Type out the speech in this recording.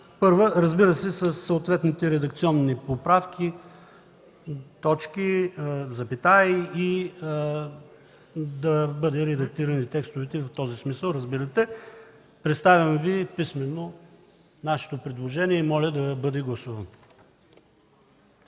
т. 1, разбира се, със съответните редакционни поправки – точки, запетаи и да бъдат редактирани текстовете в този смисъл, разбирате. Представям Ви писмено нашето предложение и моля да бъде гласувано.